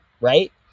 right